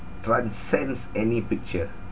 transcends any picture